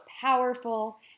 powerful